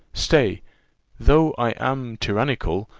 stay though i am tyrannical,